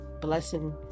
blessing